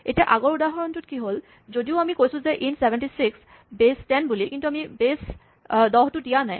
এতিয়া আগৰ উদাহৰণটোত কি হ'ল যদিও আমি কৈছো ইন্ট "76" বেচ ১০ বুলি কিন্তু আমি বেচ ১০ টো দিয়া নাই